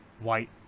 white